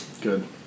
Good